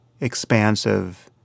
expansive